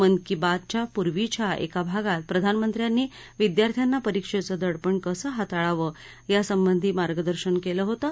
मन की बात च्या यापूर्वीच्या एका भागात प्रधानमंत्र्यांनी विद्यार्थांना परिक्षेचं दडपण कसं हाताळावं या संबंधी मार्गदर्शन केलं होतं